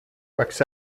rex